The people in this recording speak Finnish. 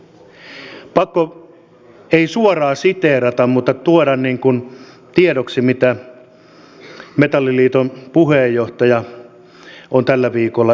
on pakko ei suoraan siteerata mutta tuoda tiedoksi mitä metalliliiton puheenjohtaja on tällä viikolla esille tuonut